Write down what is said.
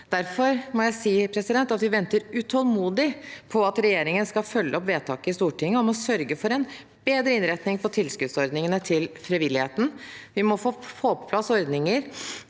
Derfor må jeg si at vi venter utålmodig på at regjeringen skal følge opp vedtaket i Stortinget om å sørge for en bedre innretning på tilskuddsordningene til frivilligheten. Vi må få på plass ordninger